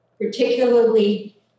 Particularly